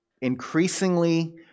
increasingly